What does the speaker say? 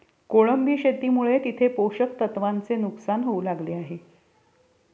कोळंबी शेतीमुळे तिथे पोषक तत्वांचे नुकसान होऊ लागले